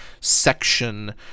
section